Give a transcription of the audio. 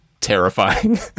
terrifying